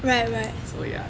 so ya